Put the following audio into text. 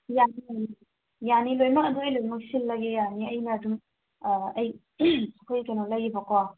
ꯌꯥꯅꯤ ꯌꯥꯅꯤ ꯌꯥꯅꯤ ꯂꯣꯏꯅꯃꯛ ꯑꯩꯈꯣꯏ ꯂꯣꯏꯅꯃꯛ ꯁꯤꯜꯂꯒꯦ ꯌꯥꯅꯤ ꯑꯩꯅ ꯑꯗꯨꯝ ꯑꯥ ꯑꯩ ꯑꯩꯈꯣꯏ ꯀꯩꯅꯣ ꯂꯩꯌꯦꯕꯀꯣ